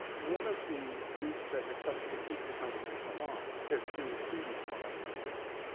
one of the groups that has helped to keep the conversation alive has been students on our campuses.